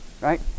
Right